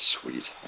sweet